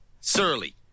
Surly